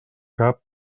cap